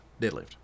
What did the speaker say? Deadlift